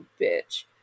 bitch